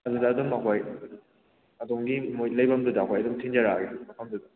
ꯑꯗꯨꯗ ꯑꯗꯨꯝ ꯑꯩꯈꯣꯏ ꯑꯗꯣꯝꯒꯤ ꯃꯣꯏ ꯂꯩꯐꯝꯗꯨꯗ ꯑꯩꯈꯣꯏ ꯑꯗꯨꯝ ꯊꯤꯟꯖꯔꯛꯑꯒꯦ ꯃꯐꯝꯗꯨꯗ